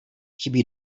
chybí